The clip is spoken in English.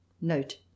Note